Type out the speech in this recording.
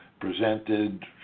presented